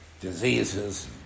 diseases